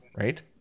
right